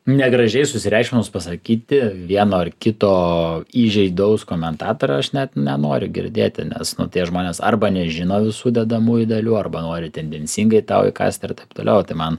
negražiai susireikšminus pasakyti vieno ar kito įžeidaus komentatorio aš net nenoriu girdėti nes tie žmonės arba nežino visų dedamųjų dalių arba nori tendencingai tau įkąsti ir taip toliau tai man